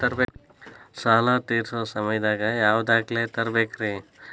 ಸಾಲಾ ತೇರ್ಸೋ ಸಮಯದಾಗ ಯಾವ ದಾಖಲೆ ತರ್ಬೇಕು?